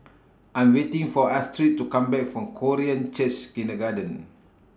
I'm waiting For Astrid to Come Back from Korean Church Kindergarten